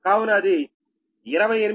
కావున అది 28 MW